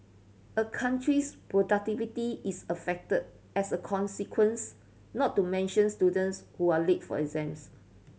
a country's productivity is affected as a consequence not to mention students who are late for exams